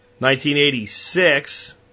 1986